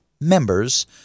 members